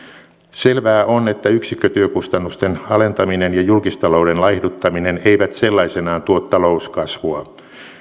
selvää on että yksikkötyökustannusten alentaminen ja julkistalouden laihduttaminen eivät sellaisenaan tuo talouskasvua